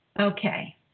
Okay